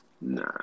Nah